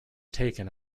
taken